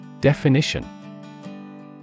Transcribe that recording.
Definition